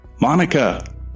MONICA